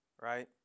right